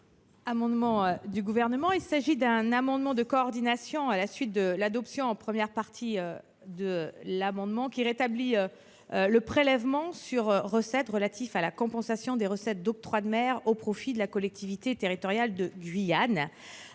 Il s'agit d'un amendement de coordination à la suite de l'adoption, en première partie, de l'amendement n° I-1198, qui rétablit le prélèvement sur recettes (PSR) relatif à la compensation des recettes d'octroi de mer au profit de la collectivité territoriale de Guyane.